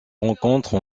rencontre